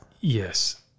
Yes